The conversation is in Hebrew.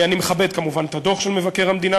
אני מכבד כמובן את הדוח של מבקר המדינה,